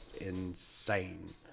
insane